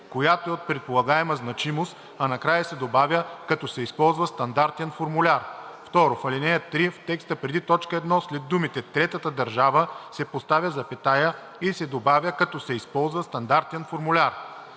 „която е от предполагаема значимост“, а накрая се добавя „като се използва стандартен формуляр“. 2. В ал. 3, в текста преди т. 1 след думите „третата държава“ се поставя запетая и се добавя „като се използва стандартен формуляр“.“